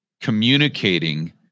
communicating